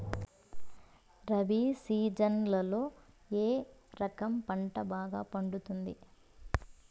రబి సీజన్లలో ఏ రకం పంట బాగా పండుతుంది